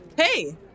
hey